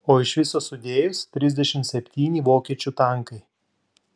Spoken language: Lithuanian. o iš viso sudėjus trisdešimt septyni vokiečių tankai